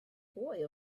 boy